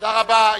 תודה רבה.